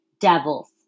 Devils